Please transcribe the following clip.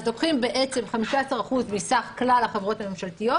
אז לוקחים בעצם 15% מכלל החברות הממשלתיות